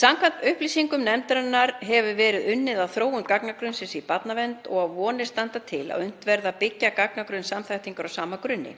Samkvæmt upplýsingum nefndarinnar hefur verið unnið að þróun gagnagrunns í barnavernd og standa vonir til þess að unnt verði að byggja gagnagrunn samþættingar á sama grunni.